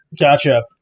Gotcha